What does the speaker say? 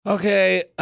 Okay